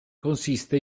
consiste